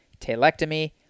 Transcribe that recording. talectomy